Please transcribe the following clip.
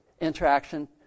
interaction